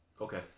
Okay